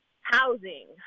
housing